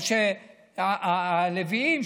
או שהלוויים,